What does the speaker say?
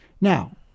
Now